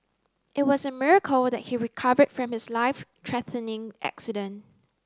it was a miracle that he recovered from his life threatening accident